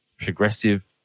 progressive